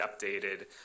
updated